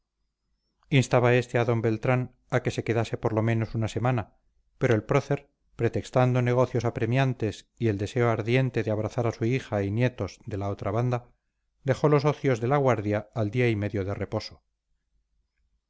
instaba este a d beltrán a que se quedase por lo menos una semana pero el prócer pretextando negocios apremiantes y el deseo ardiente de abrazar a su hija y nietos de la otra banda dejó los ocios de la guardia al día y medio de reposo